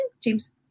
James